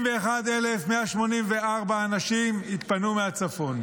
61,184 אנשים התפנו מהצפון,